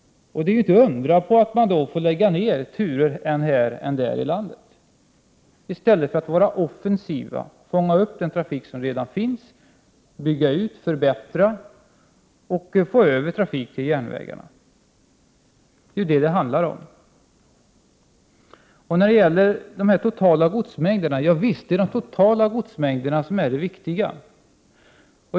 Det är då inte att undra på att SJ får lägga ner turer än här än där i landet i stället för att vara offensivt och fånga upp den trafik som redan finns, bygga ut, förbättra och föra över trafik på järnvägarna. Det är det som det handlar om. Visst är det de totala godsmängderna som är det viktiga.